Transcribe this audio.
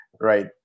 right